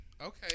Okay